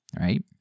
Right